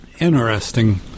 Interesting